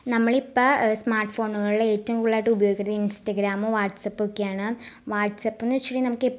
നമ്മൾ ഇപ്പോൾ സ്മാർട്ട് ഫോണുകളിൽ ഏറ്റവും കൂടുതലായിട്ട് ഉപയോഗിക്കുന്നത് ഇൻസ്റ്റഗ്രാമ് വാട്സപ്പ് ഒക്കെയാണ് വാട്സപ്പ് എന്ന് വച്ചുണ്ടെങ്കിൽ നമുക്ക്